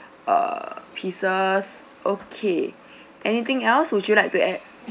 err pieces okay anything else would you like to add